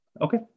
Okay